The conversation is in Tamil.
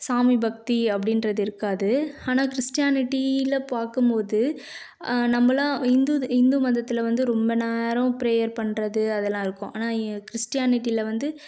சாமி பக்தி அப்படின்றது இருக்காது ஆனால் கிறிஸ்டியானிட்டியில பார்க்கும் போது நம்மலாம் இந்து இந்து மதத்தில் வந்து ரொம்ப நேரம் ப்ரேயர் பண்ணுறது அதெல்லாம் இருக்கும் ஆனால் கிறிஸ்டியானிட்டியில வந்து